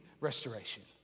restoration